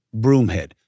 Broomhead